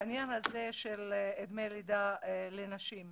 לעניין של דמי לידה לנשים.